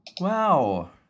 wow